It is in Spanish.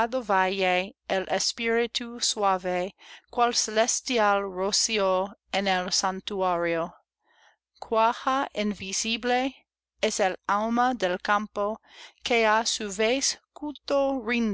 en el santuario cuaja invisible es el alma del campo que á